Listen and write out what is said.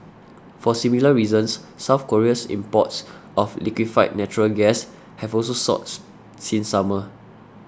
for similar reasons South Korea's imports of liquefied natural gas have also soared since summer